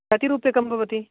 कति रूप्यकं भवति